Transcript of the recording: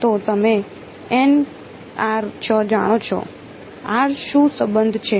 તો તમે જાણો છો શું સંબંધ છે